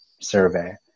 survey